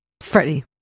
Freddie